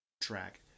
track